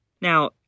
Now